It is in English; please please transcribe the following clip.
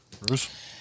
Bruce